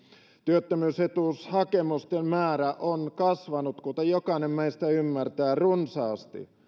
työttömyysetuushakemusten määrä on kasvanut kuten jokainen meistä ymmärtää runsaasti